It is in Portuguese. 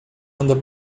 anda